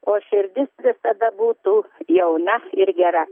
o širdis tada būtų jauna ir gera